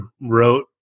wrote